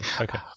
Okay